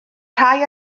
rhai